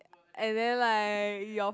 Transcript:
and then like yours